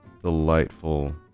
delightful